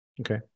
Okay